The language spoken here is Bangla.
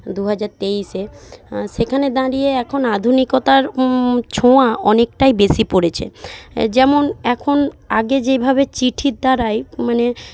দু হাজার তেইশে সেখানে দাঁড়িয়ে এখন আধুনিকতার ছোঁয়া অনেকটাই বেশি পড়েছে যেমন এখন আগে যেভাবে চিঠির দ্বারাই মানে